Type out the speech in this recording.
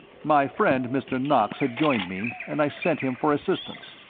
my friend, mr. knox, had joined me, and i sent him for assistance.